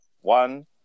One